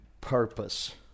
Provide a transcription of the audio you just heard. purpose